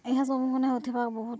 ଏହା ବହୁତ